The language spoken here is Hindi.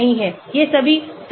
ये सभी सह संबंधित MR और pi हैं